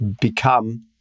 become